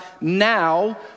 now